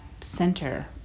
center